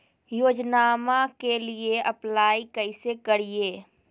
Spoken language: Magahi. योजनामा के लिए अप्लाई कैसे करिए?